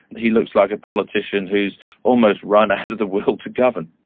he looks like a politician who has almost run out of the will to govern.